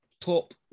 top